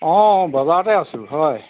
অঁ বজাৰতে আছোঁ হয়